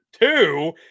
Two